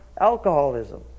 alcoholism